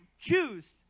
choose